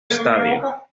estadio